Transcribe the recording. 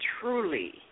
truly